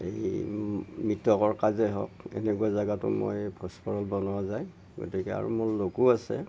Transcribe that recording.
হেৰি মৃতকৰ কাজেই হওক এনেকুৱা জেগাটো মই ভোজ বনোৱা যায় গতিকে আৰু মোৰ লগো আছে